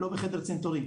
לא בחדר צנתורים,